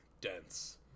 dense